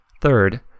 Third